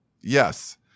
Yes